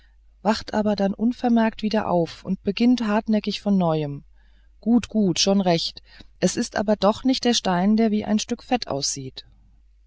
wacht aber dann unvermerkt wieder auf und beginnt hartnäckig von neuem gut gut schon recht es ist aber doch nicht der stein der wie ein stück fett aussieht